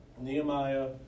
Nehemiah